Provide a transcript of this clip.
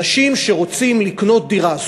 אנשים שרוצים לקנות דירה,